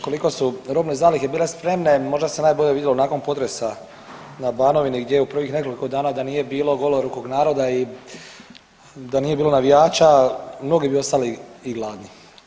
Koliko su robne zalihe bile spremne možda se najbolje vidjelo nakon potresa na Banovini gdje je u prvih nekoliko dana da nije bilo golorukog naroda i da nije bilo navijača mnogi bi ostali i gladni.